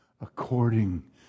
according